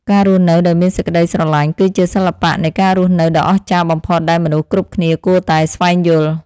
ការរស់នៅដោយមានសេចក្តីស្រឡាញ់ គឺជាសិល្បៈនៃការរស់នៅដ៏អស្ចារ្យបំផុតដែលមនុស្សគ្រប់គ្នាគួរតែស្វែងយល់។